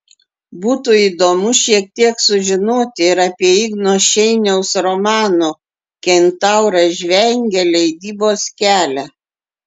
būtų įdomu šiek tiek sužinoti ir apie igno šeiniaus romano kentauras žvengia leidybos kelią